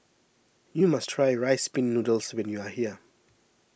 you must try Rice Pin Noodles when you are here